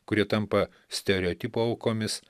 kurie tampa stereotipų aukomis